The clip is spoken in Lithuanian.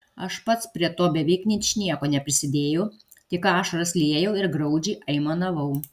aš pats prie to beveik ničnieko neprisidėjau tik ašaras liejau ir graudžiai aimanavau